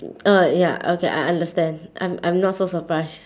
oh ya okay I understand I'm I'm not so surprised